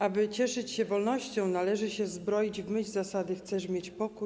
Aby cieszyć się wolnością, należy się zbroić w myśl zasady: Chcesz mieć pokój?